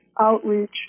outreach